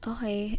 Okay